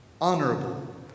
honorable